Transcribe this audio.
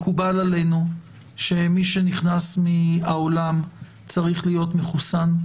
מקובל עלינו שמי שנכנס מהעולם צריך להיות מחוסן.